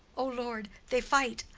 o lord, they fight!